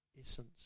essence